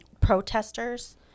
protesters